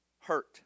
hurt